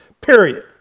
period